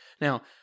Now